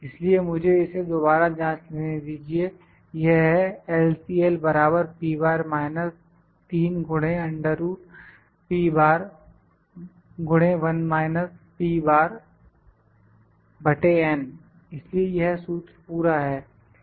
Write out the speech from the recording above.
इसलिए मुझे इसे दोबारा जांच लेने दीजिए यह है LCL इसलिए यह सूत्र पूरा है